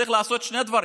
צריך לעשות שני דברים: